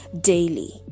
daily